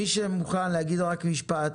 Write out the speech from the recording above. מי שמוכל להגיד רק משפט,